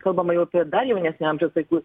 kalbama jau apie dar jaunesnio amžiaus vaikų